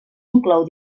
inclou